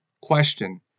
question